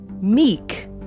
meek